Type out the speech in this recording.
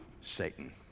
Satan